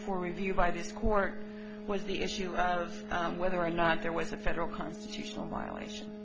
for review by this court was the issue of whether or not there was a federal constitutional violation